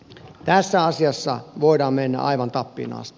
tässä asiassa voidaan mennä aivan tappiin asti